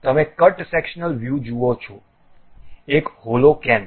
તમે cut sectional view જુઓ છો એક હોલો કેન